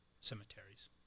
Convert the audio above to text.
cemeteries